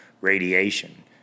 radiation